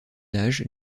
âge